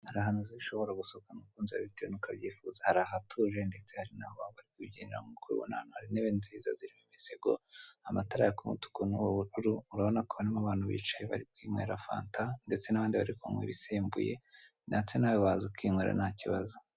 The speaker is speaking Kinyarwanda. Hari ahanti nzi ushobora gusohokana umukunzi wawe bitewe n'uko bayifuza, hari ahatuje ndetse hari n'aho baba bari kubyinira. Muri kubibona hano hari intebe nziza zirimo imisego, amatara yaka umutuku n'ubururu. Urabonako harimo abantu bicaye bari kwinywera fanta, ndetse n'abandi bari kunywa ibisembuye ndeste nawe waza ukinywera ntakibazo.